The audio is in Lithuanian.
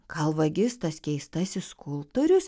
gal vagis tas keistasis skulptorius